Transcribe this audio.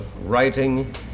writing